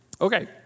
Okay